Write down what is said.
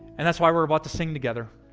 and that's why we're about to sing together